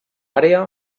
àrea